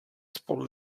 spolu